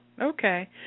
Okay